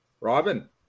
Robin